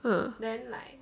ah